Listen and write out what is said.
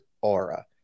Aura